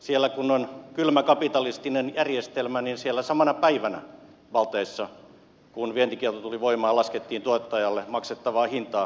siellä kun on kylmä kapitalistinen järjestelmä niin siellä samana päivänä balteissa kun vientikielto tuli voimaan laskettiin tuottajalle maksettavaa hintaa